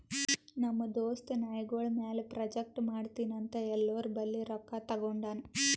ನಮ್ ದೋಸ್ತ ನಾಯ್ಗೊಳ್ ಮ್ಯಾಲ ಪ್ರಾಜೆಕ್ಟ್ ಮಾಡ್ತೀನಿ ಅಂತ್ ಎಲ್ಲೋರ್ ಬಲ್ಲಿ ರೊಕ್ಕಾ ತಗೊಂಡಾನ್